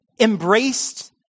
embraced